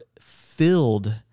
filled